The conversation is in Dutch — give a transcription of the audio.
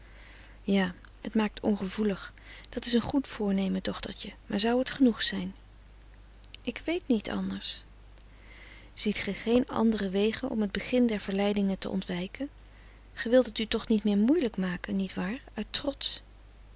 ja het maakt ongevoelig dat is een goed voornemen dochtertje maar zou het genoeg zijn ik weet niets anders ziet ge geen andere wegen om het begin der verleidingen te ontwijken ge wilt het u toch niet meer moeielijk maken niet waar uit trots